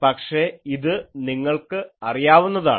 പക്ഷേ ഇത് നിങ്ങൾക്ക് അറിയാവുന്നതാണ്